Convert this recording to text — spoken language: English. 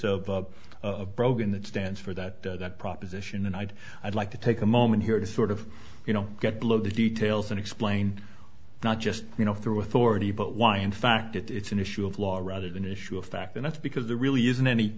of brogan that stands for that proposition and i'd i'd like to take a moment here to sort of you know get below the details and explain not just you know through authority but why in fact it's an issue of law rather than issue a fact and that's because the really isn't any